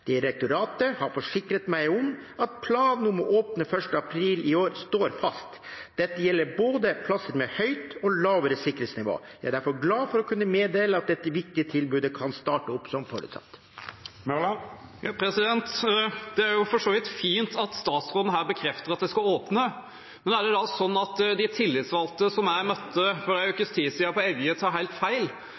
Direktoratet har forsikret meg om at planen om å åpne 1. april i år står fast. Dette gjelder både plasser med høyt og lavere sikkerhetsnivå. Jeg er derfor glad for å kunne meddele at dette viktige tilbudet kan starte opp som forutsatt. Det er for så vidt fint at statsråden bekrefter at det skal åpne. Men er det da sånn at de tillitsvalgte som jeg møtte for en ukes tid siden på Evje, tar helt feil